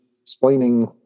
explaining